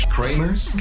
Kramer's